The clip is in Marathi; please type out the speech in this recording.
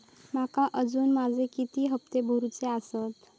माका अजून माझे किती हप्ते भरूचे आसत?